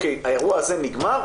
האירוע הזה נגמר,